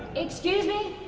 excuse me?